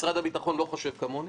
משרד הביטחון לא חושב כמוני,